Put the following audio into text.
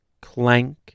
clank